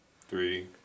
three